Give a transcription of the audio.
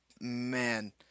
man